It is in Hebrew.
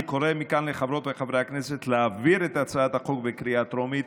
אני קורא מכאן לחברות וחברי הכנסת להעביר את הצעת החוק בקריאה הטרומית.